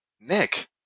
Nick